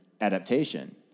Adaptation